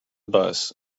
bus